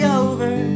over